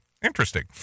Interesting